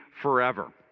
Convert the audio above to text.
forever